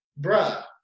bruh